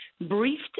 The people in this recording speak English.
briefed